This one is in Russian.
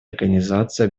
организации